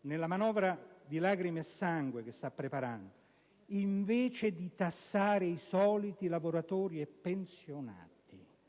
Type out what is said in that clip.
per la manovra di lacrime sangue che sta preparando, invece di tassare i soliti lavoratori e pensionati